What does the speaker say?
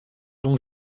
dont